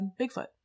Bigfoot